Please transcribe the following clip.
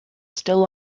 still